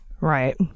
Right